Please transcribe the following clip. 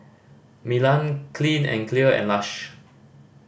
Milan Clean and Clear and Lush